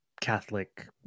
Catholic